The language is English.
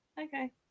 Okay